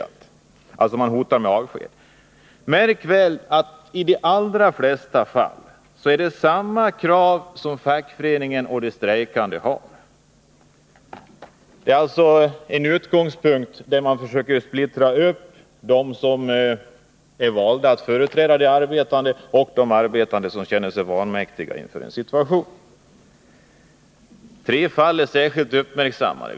Märk väl att fackföreningen och de anställda i de allra flesta fall har samma krav. Utgångspunkten är alltså att man försöker splittra dem som är valda att företräda de arbetande och de arbetande som känner sig vanmäktiga inför en situation. Tre fall är särskilt uppmärksammade.